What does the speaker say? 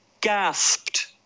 gasped